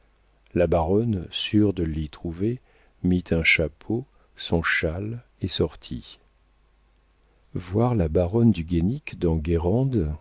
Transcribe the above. la baronne sûre de l'y trouver mit un chapeau son châle et sortit voir la baronne du guénic dans